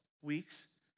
weeks